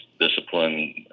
discipline